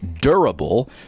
durable